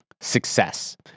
success